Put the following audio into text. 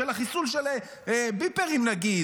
של החיסול עם הביפרים נגיד,